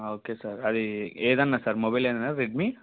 okay sir అది ఏదన్నారు sir మొబైలేనా రెడ్మీ